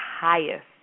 highest